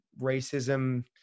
racism